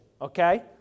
okay